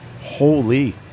Holy